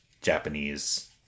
Japanese